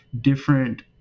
different